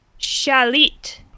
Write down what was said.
Shalit